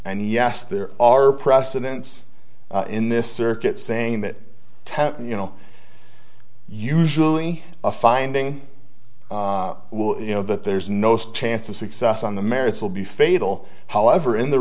and yes there are precedents in this circuit saying that you know usually a finding will you know that there's no such chance of success on the merits will be fatal however in the